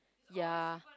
ya